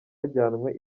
yajyanwe